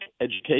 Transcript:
education